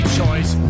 choice